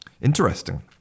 Interesting